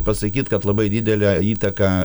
pasakyt kad labai didelę įtaką